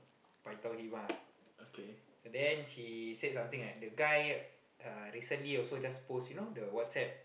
paitao him lah and then she say the guy recently also just post you know the WhatsApp